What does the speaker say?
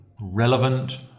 relevant